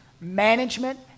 management